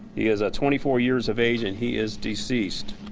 he is ah twenty four years of age and he is deceased.